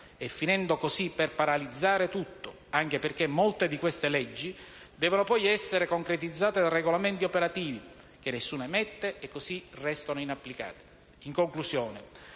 finendo così per paralizzare tutto, anche perché molte di queste leggi devono poi essere concretizzate da regolamenti operativi che nessuno emette e così restano inapplicate.